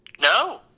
No